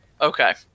okay